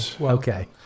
Okay